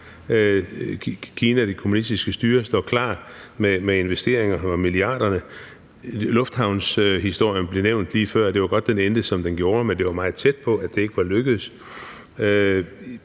altså klar med investeringer for milliarder. Lufthavnshistorien blev nævnt lige før. Det var godt, den endte, som den gjorde, men det var meget tæt på, at det ikke var lykkedes.